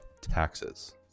taxes